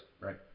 right